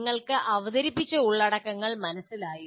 നിങ്ങൾക്ക് അവതരിപ്പിച്ച ഉള്ളടക്കങ്ങൾ മനസ്സിലായോ